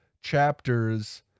chapters